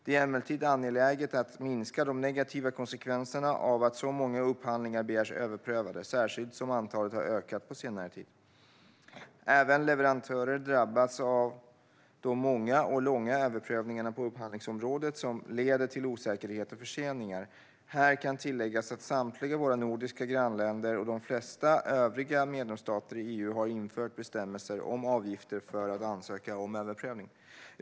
Det är emellertid angeläget att minska de negativa konsekvenserna av att så många upphandlingar begärs överprövade, särskilt som antalet har ökat på senare tid. Även leverantörer drabbas av de många och långa överprövningarna på upphandlingsområdet som leder till osäkerhet och förseningar. Här kan tilläggas att samtliga våra nordiska grannländer och de flesta övriga medlemsstater i EU har infört bestämmelser om avgifter för att ansöka om överprövning.